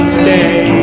stay